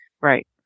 Right